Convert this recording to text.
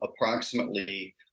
approximately